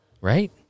right